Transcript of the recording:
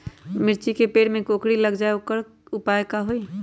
मिर्ची के पेड़ में कोकरी लग जाये त वोकर उपाय का होई?